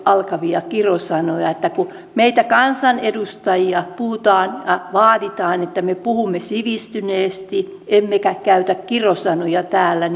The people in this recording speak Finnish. alkavia kirosanoja kun meiltä kansanedustajilta vaaditaan että me puhumme sivistyneesti emmekä käytä kirosanoja täällä